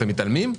אתם מתעלמים?